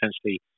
essentially